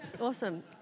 Awesome